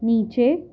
نیچے